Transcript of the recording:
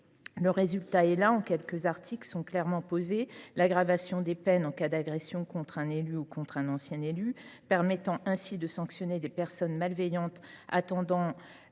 Le résultat est là : en quelques articles sont clairement posés l’aggravation des peines en cas d’agression contre un élu ou contre un ancien élu, ce qui permet de sanctionner des personnes malveillantes attendant